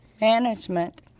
Management